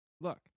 look